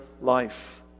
life